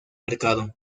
mercado